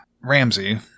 Ramsey